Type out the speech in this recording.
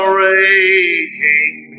raging